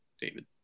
David